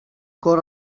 cor